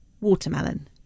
Watermelon